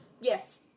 Yes